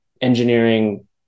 engineering